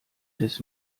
des